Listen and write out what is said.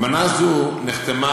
אמנה זו נחתמה,